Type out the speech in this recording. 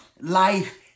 life